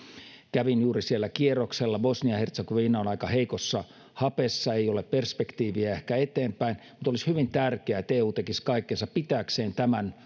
kävin juuri siellä kierroksella bosnia ja hertsegovina on aika heikossa hapessa ei ole ehkä perspektiiviä eteenpäin mutta olisi hyvin tärkeää että eu tekisi kaikkensa pitääkseen tämän